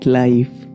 life